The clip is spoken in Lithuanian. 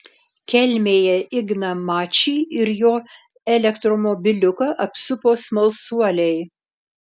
kelmėje igną mačį ir jo elektromobiliuką apsupo smalsuoliai